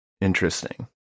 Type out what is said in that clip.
interesting